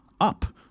up